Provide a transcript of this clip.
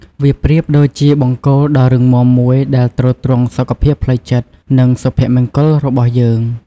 វាប្រៀបដូចជាបង្គោលដ៏រឹងមាំមួយដែលទ្រទ្រង់សុខភាពផ្លូវចិត្ត និងសុភមង្គលរបស់យើង។